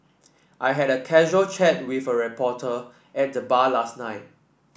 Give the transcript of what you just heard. I had a casual chat with a reporter at the bar last night